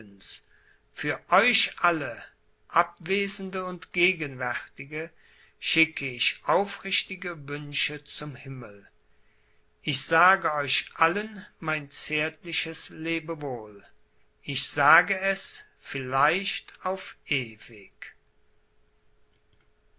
für euch alle abwesende und gegenwärtige schicke ich aufrichtige wünsche zum himmel ich sage euch allen mein zärtliches lebewohl ich sage es vielleicht auf ewig